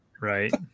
Right